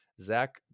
Zach